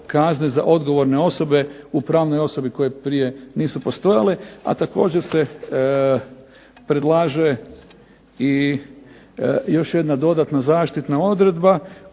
kazne za odgovorne osobe u pravnoj osobi koje prije nisu postojale, a također se predlaže i još jedna dodatna zaštitna odredba